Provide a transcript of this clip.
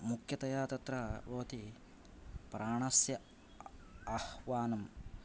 मुख्यतया तत्र भवति प्राणस्य आह्वानं